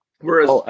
Whereas